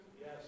Yes